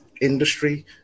Industry